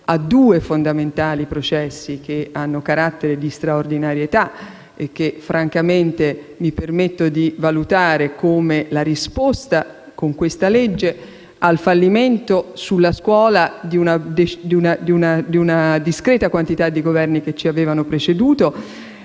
a due fondamentali processi, che hanno carattere di straordinarietà e che, francamente, mi permetto di valutare come la risposta (con questa legge) al fallimento sulla scuola di una discreta quantità di Governi che ci hanno preceduto.